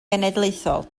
genedlaethol